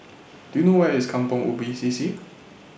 Do YOU know Where IS Kampong Ubi C C